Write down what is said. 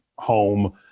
home